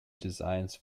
designs